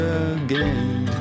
again